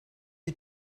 you